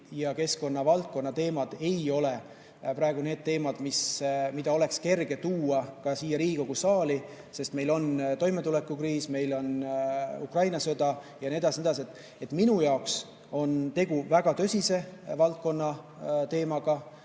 ja keskkonnavaldkonna teemad ei ole praegu need teemad, mida oleks kerge tuua siia Riigikogu saali, sest meil on toimetulekukriis, meil on Ukraina sõda ja nii edasi ja nii edasi. Minu jaoks on aga tegu väga tõsise valdkonnaga,